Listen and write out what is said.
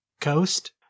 coast